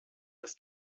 dass